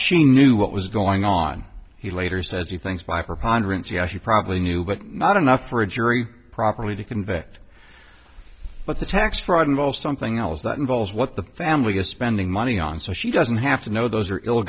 she knew what was going on he later says he thinks by her hondurans yes she probably knew but not enough for a jury properly to convict but the tax fraud involves something else that involves what the family are spending money on so she doesn't have to know those are ill